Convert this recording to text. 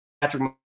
Patrick